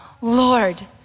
Lord